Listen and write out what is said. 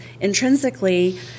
intrinsically